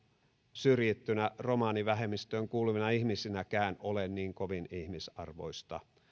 syrjittynä romanivähemmistöön kuuluvina ihmisinäkään ole niin kovin ihmisarvoista